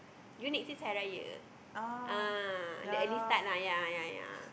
June next year is Hari-Raya ah the early start lah ya ya ya